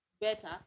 better